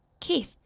keith,